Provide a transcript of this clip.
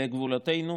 לגבולותינו,